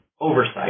oversight